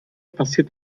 passiert